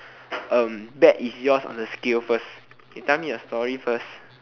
uh bad is yours on the scale first you tell me your story first